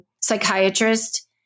psychiatrist